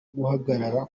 guhagarara